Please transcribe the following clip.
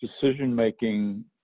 decision-making